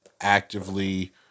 actively